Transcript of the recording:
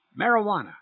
Marijuana